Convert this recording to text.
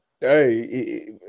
Hey